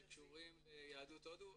שקשורים ליהדות הודו.